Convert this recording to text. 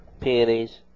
peonies